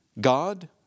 God